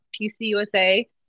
PCUSA